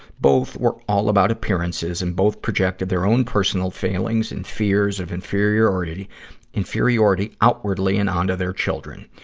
both were all about appearances and both projected their own personal failings and fears of inferiority inferiority outwardly and onto their children.